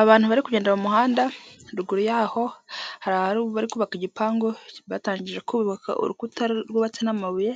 Abantu barimo kugenda mu muhanda ruguru yaho hari aho bari kubaka igipangu batangiye kubaka urukuta rw'ubatsi n'amabuye